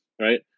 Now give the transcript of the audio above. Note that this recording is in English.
right